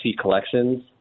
collections